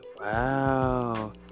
wow